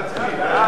מי נמנע?